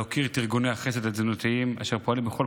להוקיר את ארגוני החסד התזונתיים אשר פועלים בכל